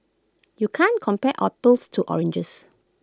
you can't compare apples to oranges